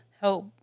help